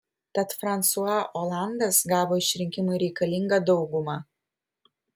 tad fransua olandas gavo išrinkimui reikalingą daugumą